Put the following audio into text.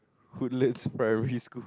Woodlands primary school